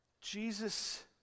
Jesus